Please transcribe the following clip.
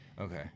okay